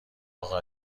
اقا